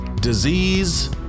disease